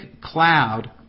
cloud